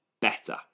better